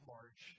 March